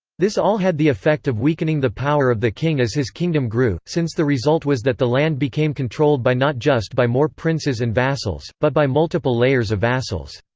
this all had the effect of weakening the power of the king as his kingdom grew, since the result was that the land became controlled by not just by more princes and vassals, but by multiple layers of vassals.